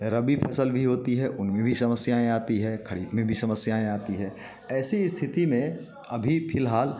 रबी फसल होती है उनमें भी समस्याएँ आती है खरीफ में भी समस्याएँ आती है ऐसी स्थिति में अभी फिलहाल